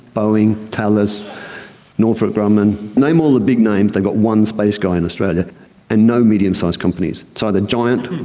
boeing, tallis, northrop grumman, name all the big names, they've got one space guy in australia and no medium-size companies. it's either giant,